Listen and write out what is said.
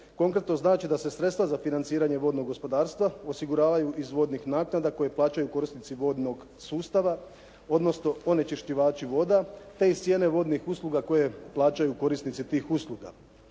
konkretno znači da se sredstva za financiranje vodnog gospodarstva osiguravaju iz vodnih naknada kojeg plaćaju korisnici vodnog sustava, odnosno onečišćivači voda te iz cijene vodnih usluga koje plaćaju korisnici tih usluga.